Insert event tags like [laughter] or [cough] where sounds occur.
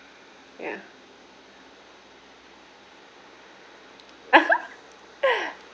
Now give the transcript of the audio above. ya [laughs]